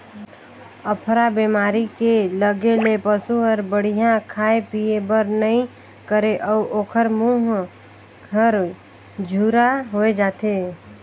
अफरा बेमारी के लगे ले पसू हर बड़िहा खाए पिए बर नइ करे अउ ओखर मूंह हर झूरा होय जाथे